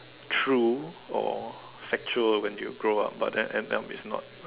true or factual when you grow up but then end up is not